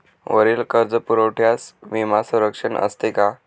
वरील कर्जपुरवठ्यास विमा संरक्षण असते का?